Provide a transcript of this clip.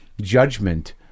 judgment